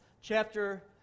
chapter